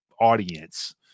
audience